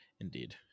Indeed